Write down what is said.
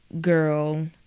girl